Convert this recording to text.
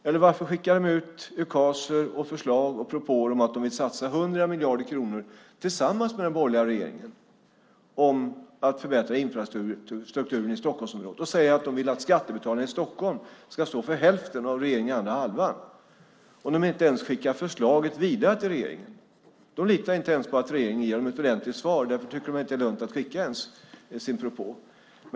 Eller varför skickar de ut ukaser, förslag och propåer om att de vill satsa 100 miljarder kronor tillsammans med den borgerliga regeringen för att förbättra infrastrukturen i Stockholmsområdet och säger att de vill att skattebetalarna i Stockholm ska stå för hälften och regeringen för den andra hälften om de inte ens skickar förslagen vidare till regeringen? De litar inte ens på att regeringen ger dem ett ordentligt svar. Därför tycker de inte att det är lönt att skicka sin propå.